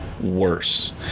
worse